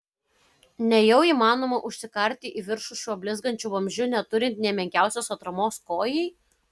nejau įmanoma užsikarti į viršų šiuo blizgančiu vamzdžiu neturint nė menkiausios atramos kojai